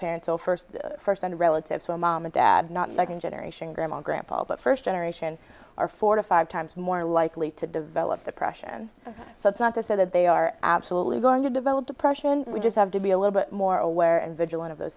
parent or first first and relatives with mom and dad not second generation grandma grandpa but first generation are four to five times more likely to develop depression so it's not to say that they are absolutely going to develop depression we just have to be a little bit more aware and vigilant of